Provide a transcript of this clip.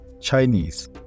Chinese